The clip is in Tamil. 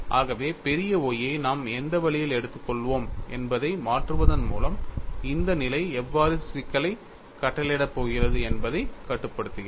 ஆகவே பெரிய Y ஐ நாம் எந்த வழியில் எடுத்துக்கொள்வோம் என்பதை மாற்றுவதன் மூலம் இந்த நிலை எவ்வாறு சிக்கலைக் கட்டளையிடப் போகிறது என்பதைக் கட்டுப்படுத்துகிறோம்